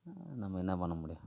நம்ம என்ன பண்ண முடியும்